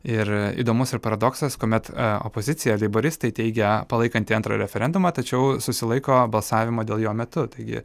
ir įdomus ir paradoksas kuomet opozicija leiboristai teigia palaikanti antrą referendumą tačiau susilaiko balsavimo dėl jo metu taigi